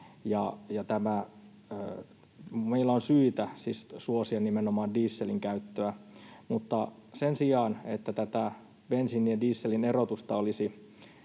meillä on syytä siis suosia nimenomaan dieselin käyttöä — mutta sen sijaan, että tätä bensiinin ja dieselin erotusta olisi